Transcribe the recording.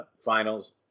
finals